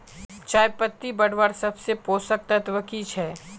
चयपत्ति बढ़वार सबसे पोषक तत्व की छे?